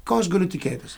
ko aš galiu tikėtis